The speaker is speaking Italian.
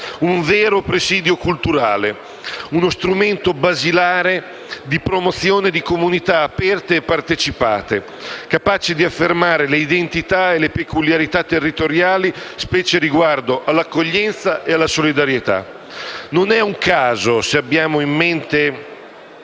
un vero presidio culturale, uno strumento basilare di promozione di comunità aperte e partecipate, capace di affermare le identità e le peculiarità territoriali, specie riguardo all'accoglienza e alla solidarietà. Non è un caso se abbiamo in mente